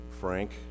frank